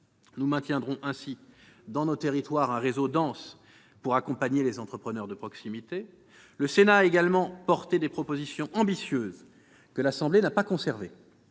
Nous maintiendrons ainsi dans nos territoires un réseau dense pour accompagner les entrepreneurs de proximité. Le Sénat a également soutenu des propositions ambitieuses que l'Assemblée nationale n'a pas conservées,